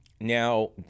Now